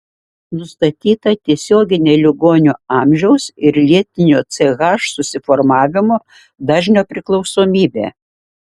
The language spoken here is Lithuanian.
nustatyta tiesioginė ligonio amžiaus ir lėtinio ch susiformavimo dažnio priklausomybė